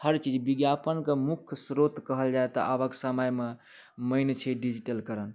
हर चीज विज्ञापनके मुख्य स्रोत कहल जाए तऽ आबके समयमे मेन छिए डिजिटलकरण